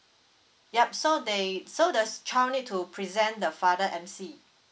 yup so they so the child need to present the father M C